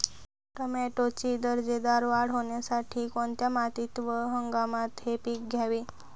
टोमॅटोची दर्जेदार वाढ होण्यासाठी कोणत्या मातीत व हंगामात हे पीक घ्यावे?